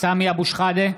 סמי אבו שחאדה,